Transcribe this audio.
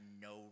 no